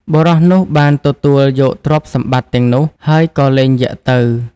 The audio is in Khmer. បុរសនោះបានទទួលយកទ្រព្យសម្បត្តិទាំងនោះ ហើយក៏លែងយក្សទៅ។